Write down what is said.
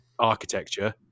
Architecture